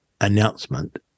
announcement